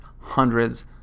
hundreds